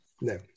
no